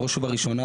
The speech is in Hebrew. בראש ובראשונה,